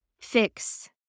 fix